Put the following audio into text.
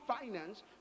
finance